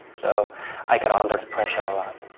so i got under pressure a lot.